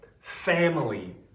family